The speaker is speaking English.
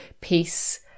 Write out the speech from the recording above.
peace